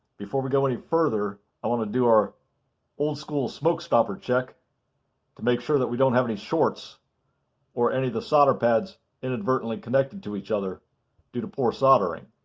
before we go any further i want to do our old-school smoke stopper check to make sure that we don't have any shorts or any of the solder pads inadvertently connected to each other due to poor soldering.